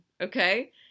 Okay